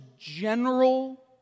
general